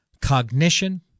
cognition